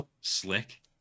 Slick